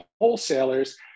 wholesalers